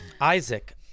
Isaac